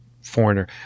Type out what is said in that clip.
Foreigner